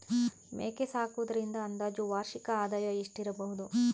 ಮೇಕೆ ಸಾಕುವುದರಿಂದ ಅಂದಾಜು ವಾರ್ಷಿಕ ಆದಾಯ ಎಷ್ಟಿರಬಹುದು?